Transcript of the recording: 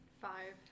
Five